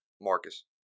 Marcus